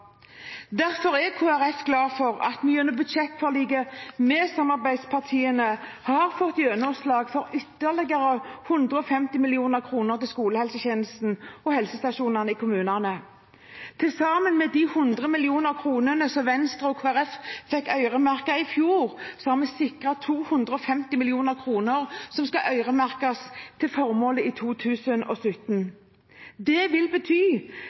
Derfor er Kristelig Folkeparti glad for at vi gjennom budsjettforliket med samarbeidspartiene har fått gjennomslag for ytterligere 150 mill. kr til skolehelsetjenesten og helsestasjonene i kommunene. Sammen med de 100 mill. kr som Venstre og Kristelig Folkeparti fikk øremerket i fjor, har vi sikret 250 mill. kr som skal øremerkes til formål i 2017. Det vil bety